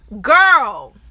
Girl